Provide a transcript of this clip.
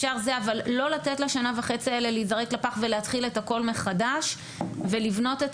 אבל לא לתת לשנה וחצי האלה להיזרק לפח ולהתחיל את הכול מחדש ולבנות את